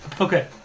Okay